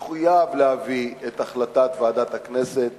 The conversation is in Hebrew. מחויב להביא את החלטת ועדת הכנסת